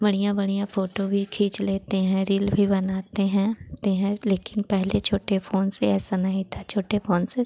बढ़िया बढ़िया फ़ोटो भी खींच लेते हैं रील भी बनाते हैं ते हैं लेकिन पहले छोटे फ़ोन से ऐसा नहीं था छोटे फ़ोन से